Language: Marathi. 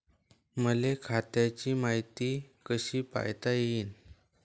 मले खात्याची मायती कशी पायता येईन?